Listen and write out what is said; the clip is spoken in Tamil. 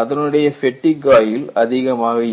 அதனுடைய ஃபேட்டிக் ஆயுள் அதிகமாயிருக்கும்